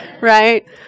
right